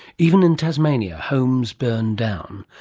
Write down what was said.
even in tasmania, homes burn down,